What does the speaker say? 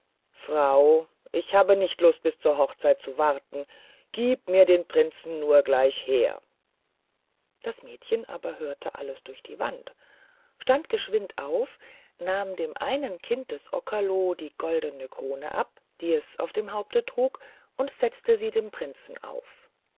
frau ich habe nicht lust bis zur hochzeit zu warten gieb mir den prinzen nur gleich her das mädchen aber hörte alles durch die wand stand geschwind auf nahm dem einen kind des okerlo die goldene krone ab die es auf dem haupte trug und setzte sie dem prinzen auf